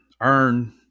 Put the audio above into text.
earn